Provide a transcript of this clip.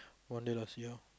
one day lah see how